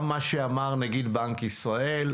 גם מה שאמר נגיד בנק ישראל,